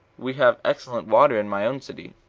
we have excellent water in my own city,